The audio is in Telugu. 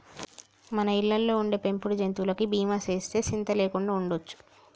మన ఇళ్ళలో ఉండే పెంపుడు జంతువులకి బీమా సేస్తే సింత లేకుండా ఉండొచ్చు